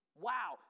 Wow